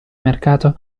mercato